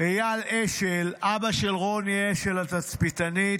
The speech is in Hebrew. אייל אשל, אבא של רוני אשל התצפיתנית: